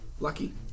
Lucky